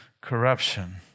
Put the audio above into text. Corruption